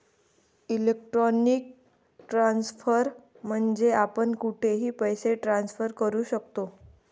electronic transfer म्हणजे आपण कुठेही पैसे ट्रान्सफर करू शकतो